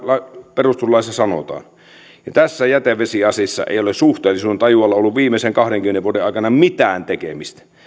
perustuslaissa sanotaan tässä jätevesiasiassa ei ole suhteellisuudentajulla ollut viimeisen kahdenkymmenen vuoden aikana mitään tekemistä